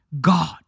God